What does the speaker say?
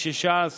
על